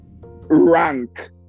Rank